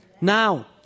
Now